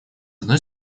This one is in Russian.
одной